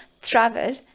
travel